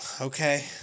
okay